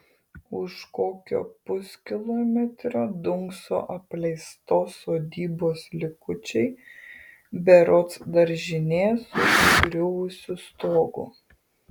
už kokio puskilometrio dunkso apleistos sodybos likučiai berods daržinė su įgriuvusiu stogu